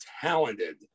talented